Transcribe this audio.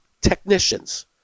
technicians